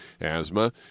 asthma